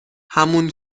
همون